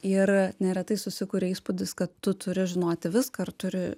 ir neretai susikuria įspūdis kad tu turi žinoti viską ir turi